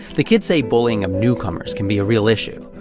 the kids say bullying of newcomers can be a real issue.